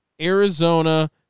Arizona